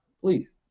please